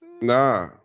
Nah